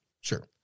sure